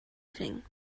evening